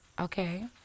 Okay